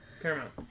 Paramount